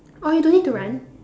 oh you don't need to run